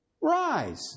rise